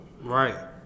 Right